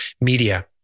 media